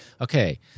okay